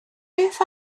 beth